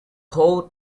body